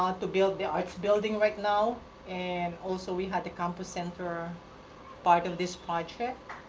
um to build the arts building right now and also, we had the kind of center part of this project.